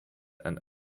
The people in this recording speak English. and